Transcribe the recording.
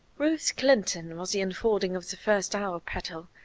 ruth clinton was the unfolding of the first hour-petal,